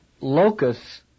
locus